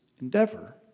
endeavor